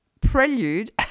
prelude